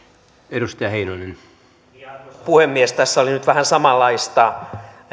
arvoisa puhemies tässä oli nyt vähän samanlaista